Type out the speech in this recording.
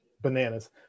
Bananas